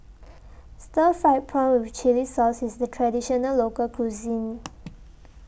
Stir Fried Prawn with Chili Sauce IS A Traditional Local Cuisine